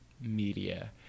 media